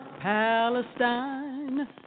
Palestine